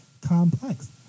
complex